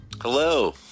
Hello